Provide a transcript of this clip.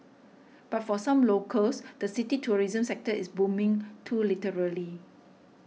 but for some locals the city's tourism sector is booming too literally